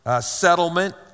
settlement